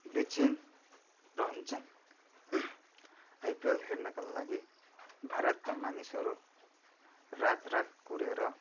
बेचैन रहन्छन् आइपिएल हेर्नका लागि भारतका मानिसहरू रात रात कुरेर